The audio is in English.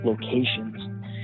locations